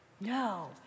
No